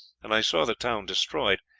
and i saw the town destroyed,